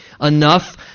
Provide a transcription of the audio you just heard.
enough